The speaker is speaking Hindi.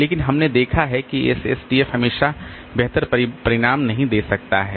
लेकिन हमने देखा है कि SSTF हमेशा बेहतर परिणाम नहीं दे सकता है